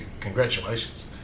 congratulations